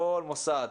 כל מוסד,